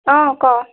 অ ক'